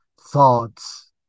thoughts